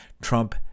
Trump